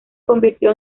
convirtió